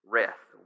rest